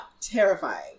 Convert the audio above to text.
Terrifying